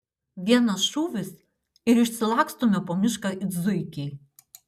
vienas šūvis ir išsilakstome po mišką it zuikiai